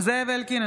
זאב אלקין,